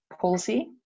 palsy